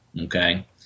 Okay